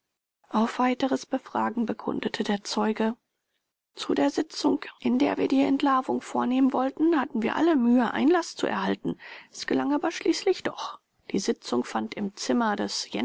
auf weiteres befragen bekundete der zeuge zu der sitzung in der wir die entlarvung vornehmen wollten hatten wir alle mühe einlaß zu erhalten es gelang aber schließlich doch die sitzung fand im zimmer mer des